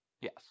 Yes